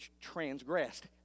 transgressed